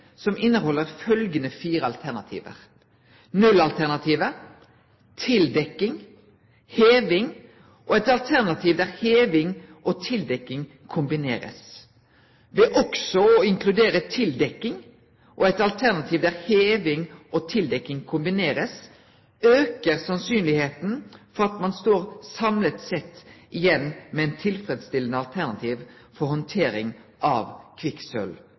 som inneholder følgende fire alternativer: nullalternativet, tildekking, heving og et alternativ der heving og tildekking kombineres. Ved også å inkludere tildekking og et alternativ der heving og tildekking kombineres, øker sannsynligheten for at man står samlet sett igjen med tilfredsstillende alternativ for håndtering av